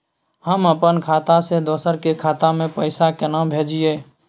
हम अपन खाता से दोसर के खाता में पैसा केना भेजिए?